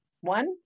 One